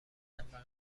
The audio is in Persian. قدم